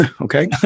Okay